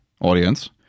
audience